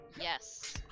Yes